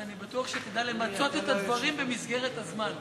ואני בטוח שכדאי למצות את הדברים במסגרת הזמן.